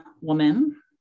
woman